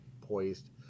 poised